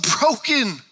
broken